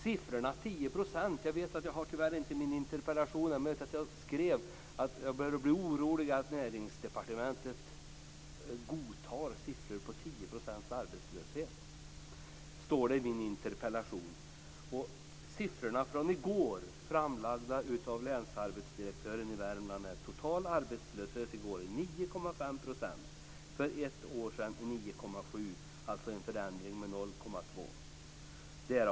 Jag har tyvärr inte interpellationen med mig, men det är möjligt att jag skrev att jag börjar bli orolig för att Näringsdepartementet godtar siffror på 10 % arbetslöshet. Siffrorna från i går, framlagda av länsarbetsdirektören i Värmland, visar på en arbetslöshet på 9,5 %. För ett år sedan var det 9,7 %, dvs. en förändring med 0,2 %.